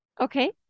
Okay